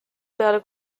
peale